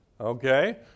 Okay